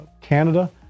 Canada